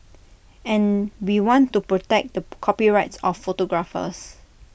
and we want to protect the copyrights of photographers